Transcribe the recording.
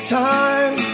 time